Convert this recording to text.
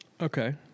Okay